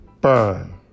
burn